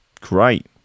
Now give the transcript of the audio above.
Great